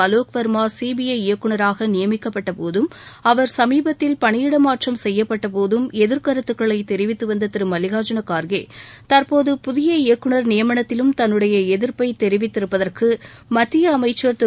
அலோக் வர்மா சிபிற இயக்நராக நியமிக்கப்பட்டபோதும் அவர் சமீபத்தில் பணியிடமாற்றம் செய்யப்பட்டபோதம் எதிர் கருத்துக்களை தெரிவித்து வந்த திரு மல்லிகார்ஜுன கார்கே தற்போது புதிய இயக்குநர் நியமனத்திலும் தன்னுடைய எதிர்ப்பை தெரிவித்திருப்பதற்கு மத்திய அமைச்சள் திரு